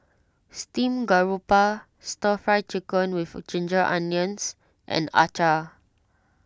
Steamed Garoupa Stir Fry Chicken with Ginger Onions and Acar